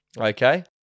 okay